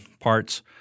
parts